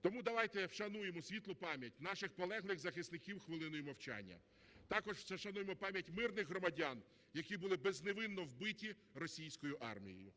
Тому давайте вшануємо світлу пам’ять наших полеглих захисників хвилиною мовчання. Також ушануймо пам’ять мирних громадян, які були безневинно вбиті російською армією.